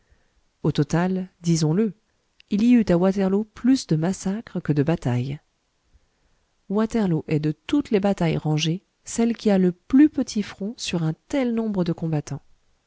au total disons-le il y eut à waterloo plus de massacre que de bataille waterloo est de toutes les batailles rangées celle qui a le plus petit front sur un tel nombre de combattants